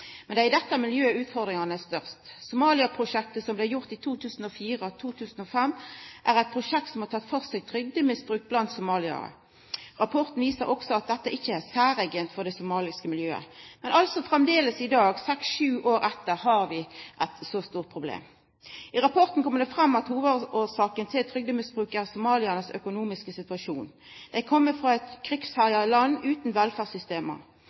men det er i dette miljøet utfordringane er størst. Somalia-prosjektet, som blei gjennomført i 2004–2005, var eit prosjekt som tok for seg trygdemisbruk blant somaliarar. Rapporten viser at dette ikkje er særeige for det somaliske miljøet. Men framleis i dag, seks–sju år etter, har vi altså eit så stort problem. I rapporten kjem det også fram at hovudårsaka til trygdemisbruken er den økonomiske situasjonen til somaliarane. Dei kjem frå eit krigsherja land utan